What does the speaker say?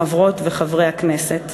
חברות וחברי הכנסת.